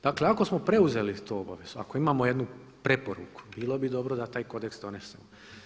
Dakle ako smo preuzeli tu obavezu, ako imamo jednu preporuku bilo bi dobro da taj kodeks donesemo.